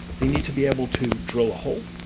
they need to be able to drill a hole.